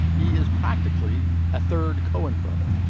he is practically a third coen brother.